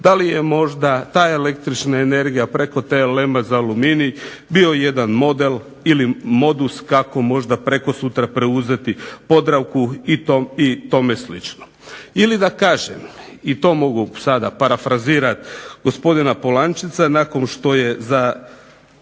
Da li je možda ta električna energije preko TLM za aluminij bio jedan model ili modus kako možda prekosutra preuzeti Podravku i tome slično. Ili da kažem i to mogu sada parafrazirati gospodina Polančeca nakon što je za